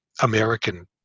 American